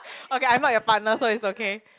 okay I'm not your partner so it's okay